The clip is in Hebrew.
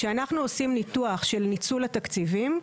כשאנחנו עושים ניתוח של ניצול התקציבים,